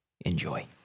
enjoy